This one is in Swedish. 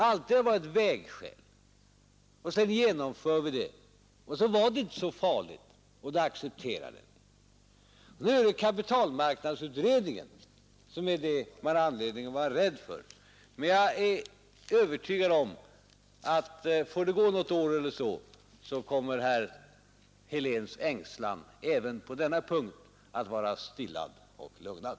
Alltid har det varit vägskäl. Sedan genomför vi allt detta, och då var det inte så farligt, och det accepteras. Nu är det kapitalmarknadsutredningen som man har anledning att vara rädd för. Men jag är övertygad om att får det gå något år eller så, kommer herr Heléns ängslan även på denna punkt att vara stillad och lugnad.